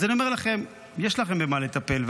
אז אני אומר לכם: יש לכם במה לטפל.